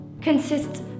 consists